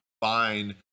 fine